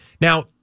now